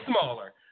smaller